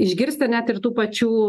išgirsta net ir tų pačių